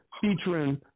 Featuring